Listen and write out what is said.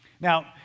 Now